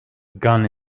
gun